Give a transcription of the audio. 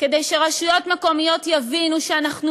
כדי שרשויות מקומיות יבינו שאנחנו